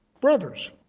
brothers